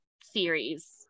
series